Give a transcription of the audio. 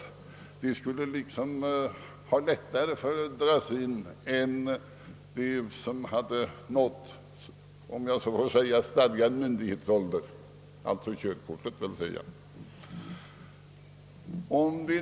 Det skulle, såsom jag uppfattat saken, ligga närmare till hands att dra in de provisoriska körkorten än de definitiva körkorten.